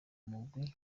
murwi